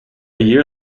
year